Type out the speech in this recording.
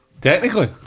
Technically